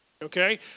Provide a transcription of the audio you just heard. Okay